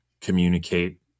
communicate